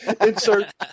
Insert